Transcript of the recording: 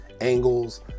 angles